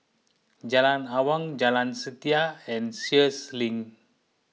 Jalan Awang Jalan Setia and Sheares Link